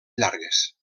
llargues